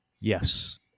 Yes